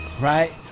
Right